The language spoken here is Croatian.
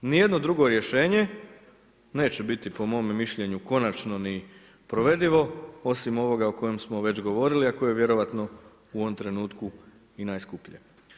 Ni jedno drugo rješenje neće biti po mome mišljenju konačno ni provedivo osim ovoga o kojem smo već govorili a koje vjerojatno u ovom trenutku i najskuplje.